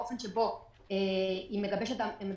כל עוד הממשלה מחויבת לתקנון ולאופן שבו היא מגבשת עמדות